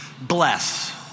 bless